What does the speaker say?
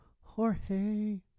Jorge